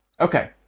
Okay